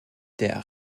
der